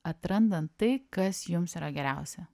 atrandant tai kas jums yra geriausia